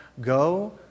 Go